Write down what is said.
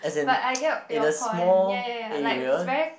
but I get your point ya ya ya like if it's very